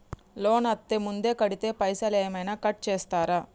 Loan అత్తే ముందే కడితే పైసలు ఏమైనా కట్ చేస్తరా?